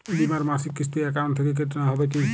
বিমার মাসিক কিস্তি অ্যাকাউন্ট থেকে কেটে নেওয়া হবে কি?